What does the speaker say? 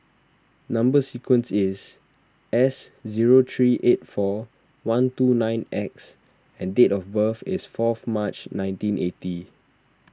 Number Sequence is S zero three eight four one two nine X and date of birth is four of March nineteen eighty